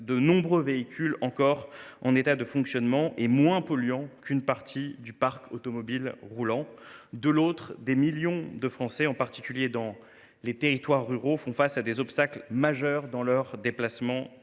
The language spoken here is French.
de nombreux véhicules encore en état de fonctionner et moins polluants qu’une partie du parc automobile en circulation. De l’autre, des millions de Français, en particulier dans les territoires ruraux, font face à des obstacles majeurs dans leurs déplacements